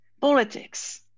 politics